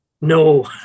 No